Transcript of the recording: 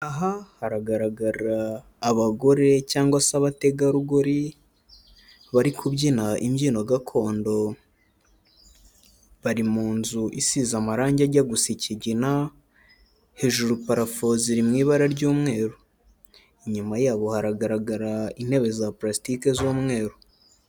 Aha haragaragara abagore cyangwa se abategarugori bari kubyina imbyino gakondo, bari mu nzu isize amarangi ajya gusa ikigina, hejuru parafo ziri mu ibara ry'umweru, inyuma yabo haragaragara intebe za purasitike z'umweru.